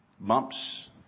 bumps